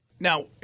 Now